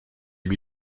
lui